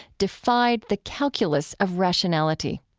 defied the calculus of rationality.